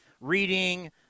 reading –